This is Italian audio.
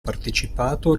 partecipato